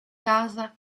casa